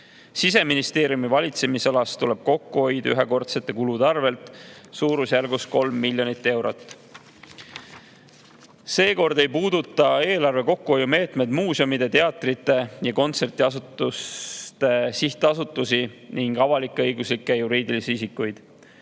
Siseministeeriumi valitsemisalas tuleb kokkuhoid ühekordsete kulude arvel suurusjärgus 3 miljonit eurot. Seekord ei puuduta eelarve kokkuhoiumeetmed muuseumide, teatrite ja kontserdiasutuste sihtasutusi ning avalik-õiguslikke juriidilisi isikuid.